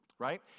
Right